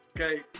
okay